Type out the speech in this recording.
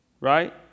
right